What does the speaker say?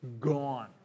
gone